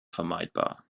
vermeidbar